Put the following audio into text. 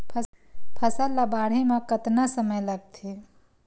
फसल ला बाढ़े मा कतना समय लगथे?